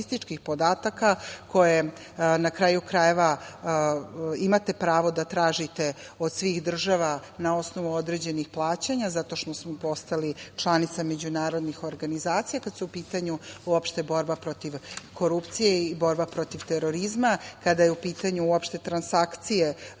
koje na kraju, krajeva imate pravo da tražite od svih država na osnovu određenih plaćanja, zato što smo postali članica međunarodnih organizacija, kada je u pitanju borba protiv korupcije i borba protiv terorizma, kada su u pitanju transakcije